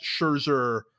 Scherzer